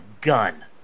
gun